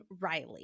Riley